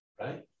right